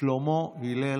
שלמה הלל.